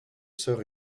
sœur